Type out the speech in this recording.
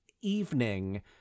evening